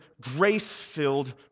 grace-filled